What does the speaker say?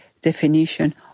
definition